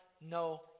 no